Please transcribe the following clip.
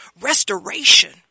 Restoration